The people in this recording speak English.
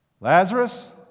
Lazarus